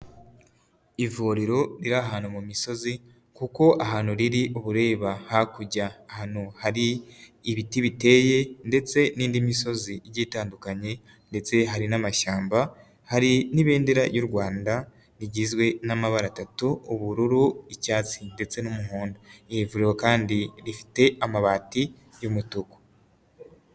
Ivuriro riri ahantu mu misozi kuko ahantu riri uba ureba hakurya ahantu hari ibiti biteye ndetse n'indi misozi igitandukanye ndetse hari n'amashyamba hari n'ibendera ry'u rwanda rigizwe n'amabara atatu ubururu icyatsi ndetse n'umuhondo irivuriro kandi rifite amabati y'umutuku.